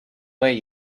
way